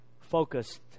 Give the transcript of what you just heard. focused